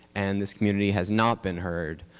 and this community has not been heard.